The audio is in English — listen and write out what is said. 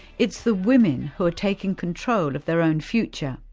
it's the women who are taking control of their own future.